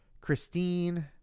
christine